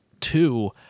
two